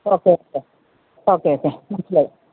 okay okay okay okay മനസിലായി